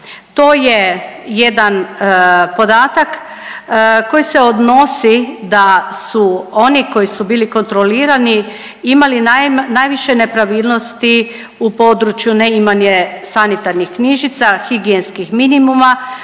To je jedan podatak koji se odnosi da su oni koji su bili kontrolirani imali najviše nepravilnosti u području neimanje sanitarnih knjižica, higijenskih minimuma,